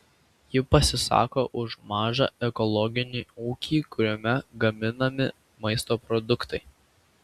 ji pasisako už mažą ekologinį ūkį kuriame gaminami maisto produktai